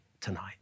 tonight